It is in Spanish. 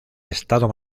estado